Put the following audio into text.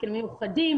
הסכמים מיוחדים,